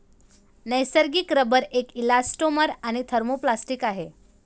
नैसर्गिक रबर एक इलॅस्टोमर आणि थर्मोप्लास्टिक आहे